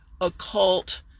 occult